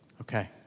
Okay